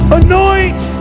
anoint